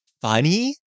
funny